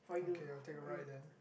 okay I'll take right then